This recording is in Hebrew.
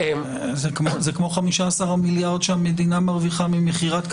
זה כמו 15 המיליארד שהמדינה מרוויחה ממכירת קרקעות,